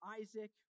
Isaac